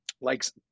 likes